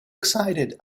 excited